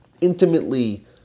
intimately